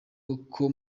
uko